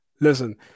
Listen